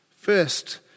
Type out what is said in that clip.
First